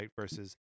versus